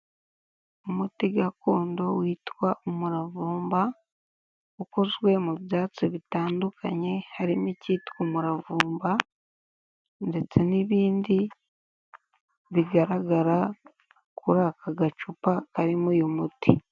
Umuti gakondo witwa umuravumba, ukozwe mu byatsi bitandukanye, harimo ikitwa umuravumba ndetse n'ibindi bigaragara kuri aka gacupa karimo uyu muti.